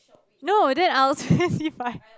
no then I'll specify